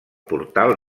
portal